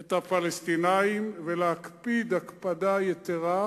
את הפלסטינים ולהקפיד הקפדה יתירה